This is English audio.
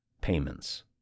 payments